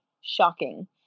shocking